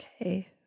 okay